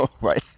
right